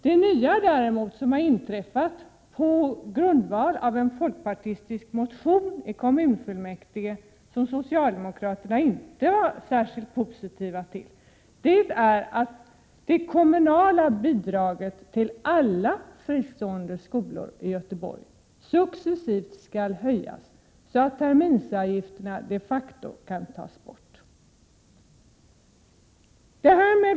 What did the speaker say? Det nya som har inträffat på grundval av en folkpartistisk motion i kommunfullmäktige — som socialdemokraterna inte var särskilt positiva till — är att det kommunala bidraget till alla fristående skolor i Göteborg successivt skall höjas så att terminsavgifterna de facto kan tas bort.